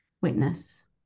witness